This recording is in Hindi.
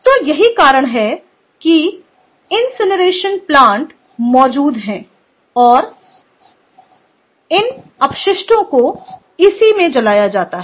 तो यही कारण है कि इंकिनरेशन प्लांट मौजूद हैं और इन अपशिष्टों को इसी में जलाया जाता है